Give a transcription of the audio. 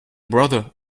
brother